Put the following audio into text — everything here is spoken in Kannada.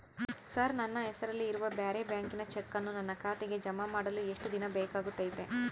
ಸರ್ ನನ್ನ ಹೆಸರಲ್ಲಿ ಇರುವ ಬೇರೆ ಬ್ಯಾಂಕಿನ ಚೆಕ್ಕನ್ನು ನನ್ನ ಖಾತೆಗೆ ಜಮಾ ಮಾಡಲು ಎಷ್ಟು ದಿನ ಬೇಕಾಗುತೈತಿ?